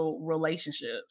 relationships